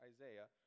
Isaiah